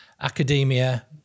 academia